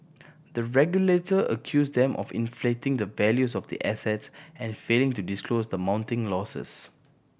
the regulator accused them of inflating the values of the assets and failing to disclose the mounting losses